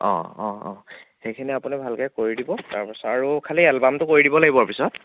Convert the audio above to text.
অঁ অঁ অঁ সেইখিনি আপুনি ভালকৈ কৰি দিব তাৰপাছত আৰু খালী এলবামটো কৰি দিব লাগিব পিছত